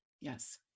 Yes